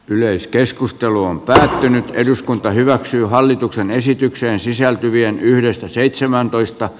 yleiskeskustelu on päättänyt eduskunta hyväksyy hallituksen esitykseen sisältyvien yhdestä seitsemäntoista